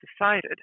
decided